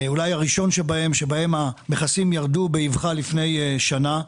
אולי הראשון בהם, שהמכסים עליו ירדו לפני שנה,